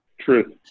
True